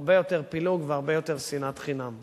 הרבה יותר פילוג והרבה יותר שנאת חינם.